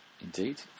Indeed